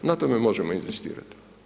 Na tome možemo inzistirati.